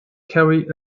carry